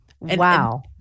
Wow